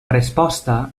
resposta